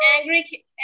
angry